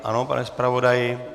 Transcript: Ano, pane zpravodaji?